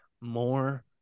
more